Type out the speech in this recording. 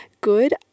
good